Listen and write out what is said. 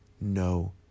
no